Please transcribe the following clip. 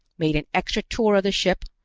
made an extra tour of the ship,